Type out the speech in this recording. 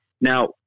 Now